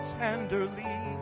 tenderly